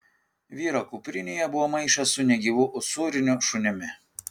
vyro kuprinėje buvo maišas su negyvu usūriniu šunimi